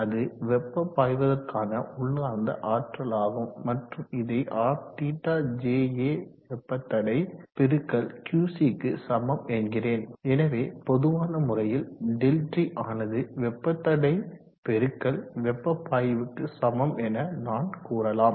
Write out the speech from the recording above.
அது வெப்ப பாய்வதற்கான உள்ளார்ந்த ஆற்றல் ஆகும் மற்றும் இதை RθJA வெப்பத்தடை பெருக்கல் QC க்கு சமம் என்கிறேன் எனவே பொதுவான முறையில் ΔT ஆனது வெப்ப தடை பெருக்கல் வெப்ப பாய்வுக்கு சமம் என நான் கூறலாம்